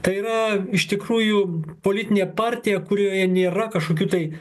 tai yra iš tikrųjų politinė partija kurioje nėra kažkokių tai